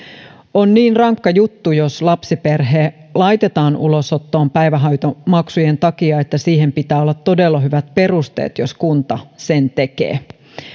on niin rankka juttu jos lapsiperhe laitetaan ulosottoon päivähoitomaksujen takia että siihen pitää olla todella hyvät perusteet jos kunta sen tekee